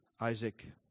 Isaac